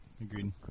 agreed